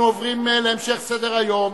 אנחנו עוברים להמשך סדר-היום.